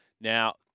Now